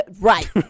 right